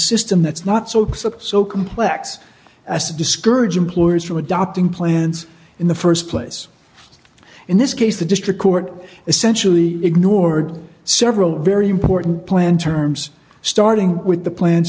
system that's not soaks up so complex as to discourage employers from adopting plans in the st place in this case the district court essentially ignored several very important planned terms starting with the plan